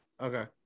Okay